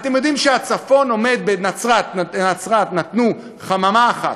אתם יודעים שהצפון עומד, בנצרת נתנו חממה אחת,